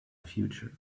future